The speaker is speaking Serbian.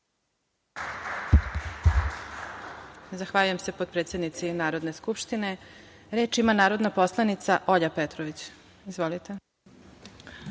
Zahvaljujem se potpredsednici Narodne skupštine. Reč ima narodna poslanica Olja Petrović. Izvolite.